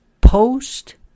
post